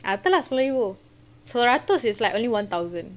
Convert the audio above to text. ah betul lah sepuluh ribu sepuluh ratus is like only one thousand